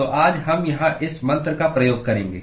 तो आज हम यहां इस मंत्र का प्रयोग करेंगे